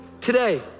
Today